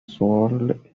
sold